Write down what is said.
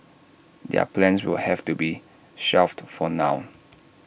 their plans will have to be shelved for now